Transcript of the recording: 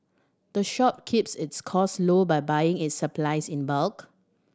the shop keeps its cost low by buying its supplies in bulk